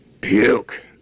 puke